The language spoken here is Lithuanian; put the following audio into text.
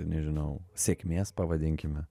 nežinau sėkmės pavadinkime